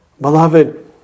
Beloved